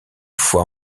fois